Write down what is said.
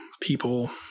people